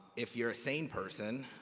if you ore a sane person,